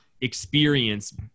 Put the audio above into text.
experience